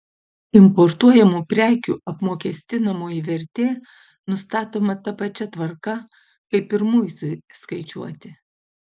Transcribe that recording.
importuojamų prekių apmokestinamoji vertė nustatoma ta pačia tvarka kaip ir muitui skaičiuoti